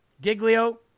Giglio